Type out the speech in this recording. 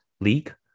league